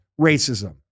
racism